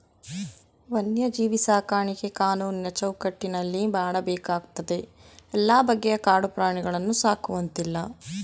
ವನ್ಯಜೀವಿ ಸಾಕಾಣಿಕೆ ಕಾನೂನಿನ ಚೌಕಟ್ಟಿನಲ್ಲಿ ಮಾಡಬೇಕಾಗ್ತದೆ ಎಲ್ಲ ಬಗೆಯ ಕಾಡು ಪ್ರಾಣಿಗಳನ್ನು ಸಾಕುವಂತಿಲ್ಲ